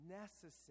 necessary